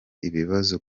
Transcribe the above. ibibazo